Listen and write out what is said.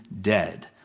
dead